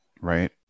right